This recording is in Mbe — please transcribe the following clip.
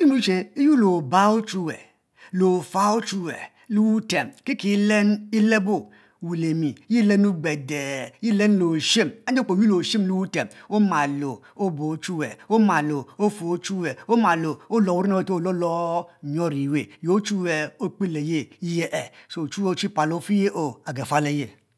yi nrue che iyuor le obu ochuwue le ofu ochuwue kiki lebo weh le mi lennu gbebe lenu le oshim anje okpoo yuor le oshim amalo ofe ochuwue omale olor wuren owe are olo wuren oweh yi ochwue okpe le ye yi yere ochi pal ofeyi oh agafualo ye